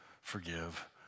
forgive